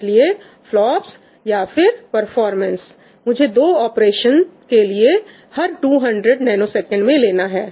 इसलिए फ्लॉप्स या फिर परफॉर्मेंस मुझे दो ऑपरेशंस के लिए हर 200 नैनोसेकेंड्स में लेना है